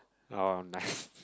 orh nice